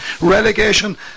Relegation